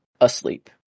asleep